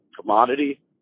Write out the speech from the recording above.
commodity